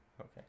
Okay